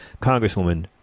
Congresswoman